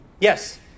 Yes